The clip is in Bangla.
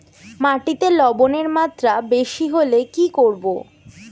মাটিতে লবণের মাত্রা বেশি হলে কি করব?